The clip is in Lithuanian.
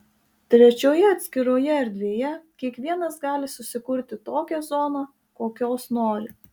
trečioje atskiroje erdvėje kiekvienas gali susikurti tokią zoną kokios nori